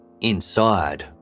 Inside